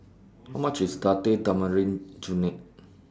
How much IS Date Tamarind Chutney